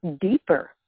deeper